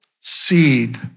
seed